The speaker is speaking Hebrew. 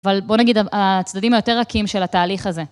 אבל בוא נגיד הצדדים היותר רכים של התהליך הזה.